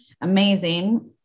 Amazing